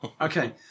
Okay